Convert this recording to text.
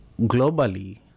globally